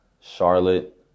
Charlotte